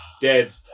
Dead